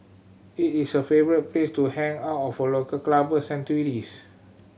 it is a favourite place to hang all of local clubbers and tourists